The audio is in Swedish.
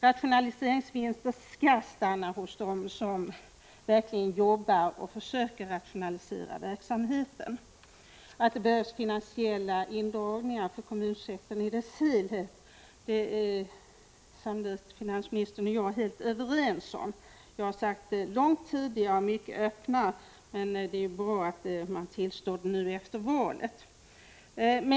Rationaliseringsvinster skall stanna hos dem som verkligen jobbar och försöker rationalisera verksamheten. Att det behövs finansiella indragningar för kommunsektorn i dess helhet är finansministern och jag sannolikt helt överens om. Jag har sagt det långt tidigare och mycket öppnare, men det är bra att man från socialdemokratiskt håll tillstår det nu efter valet.